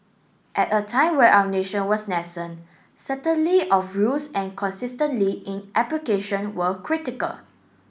at a time where our nation was nascent certainly of rules and consistently in application were critical